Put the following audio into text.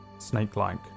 snake-like